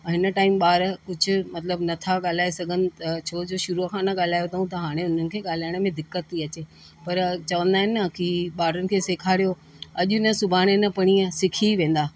ऐं हिन टाइम ॿार कुझु मतिलबु नथा ॻाल्हाए सघनि त छो जो शुरूअ खां न ॻाल्हायो अथऊं त हाणे हुनखे ॻाल्हाइण में दिक़त थी अचे पर चवंदा आहिनि न कि ॿारनि खे सेखारियो अॼु न सुभाणे न परींहं सिखी ई वेंदा